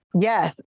Yes